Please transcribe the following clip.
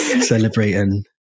celebrating